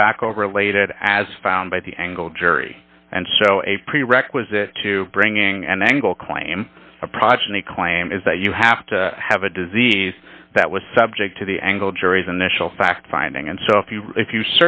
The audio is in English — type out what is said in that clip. tobacco related as found by the angle jury and so a prerequisite to bringing an angle claim a progeny claim is that you have to have a disease that was subject to the angle jury's initial fact finding and so if you if you